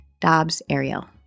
Dobbs-Ariel